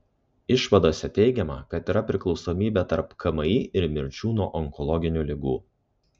išvadose teigiama kad yra priklausomybė tarp kmi ir mirčių nuo onkologinių ligų